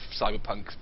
cyberpunk